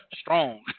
Strong